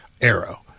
arrow